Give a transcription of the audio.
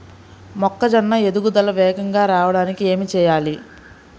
మొక్కజోన్న ఎదుగుదల వేగంగా రావడానికి ఏమి చెయ్యాలి?